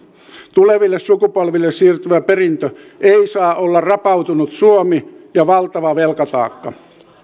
tuleville sukupolville siirtyvä perintö ei saa olla rapautunut suomi ja valtava velkataakka